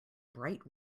bright